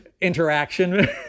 interaction